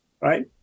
right